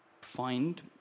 find